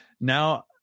now